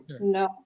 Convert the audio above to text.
no